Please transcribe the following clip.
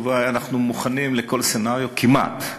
התשובה היא: אנחנו מוכנים לכל סצנריו כמעט,